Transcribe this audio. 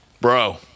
Bro